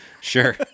Sure